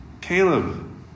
Caleb